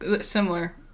similar